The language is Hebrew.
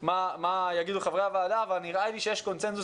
מה יאמרו חברי הוועדה אבל נראה לי שיש קונצנזוס